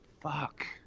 Fuck